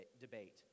debate